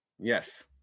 Yes